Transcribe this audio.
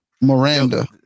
Miranda